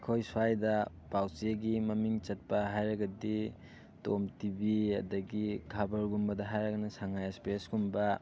ꯑꯩꯈꯣꯏ ꯁ꯭ꯋꯥꯏꯗ ꯄꯥꯎꯆꯦꯒꯤ ꯃꯃꯤꯡ ꯆꯠꯄ ꯍꯥꯏꯔꯒꯗꯤ ꯇꯣꯝ ꯇꯤꯕꯤ ꯑꯗꯒꯤ ꯈꯕꯔꯒꯨꯃꯕꯗ ꯍꯥꯏꯔꯒꯅ ꯁꯉꯥꯏ ꯑꯦꯛꯁꯄ꯭ꯔꯦꯁ ꯀꯨꯝꯕ